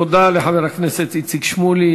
תודה לחבר הכנסת איציק שמולי.